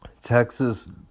Texas